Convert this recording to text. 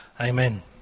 amen